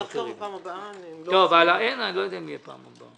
נחזור בפעם הבאה -- אני לא יודע אם תהיה הפעם הבאה.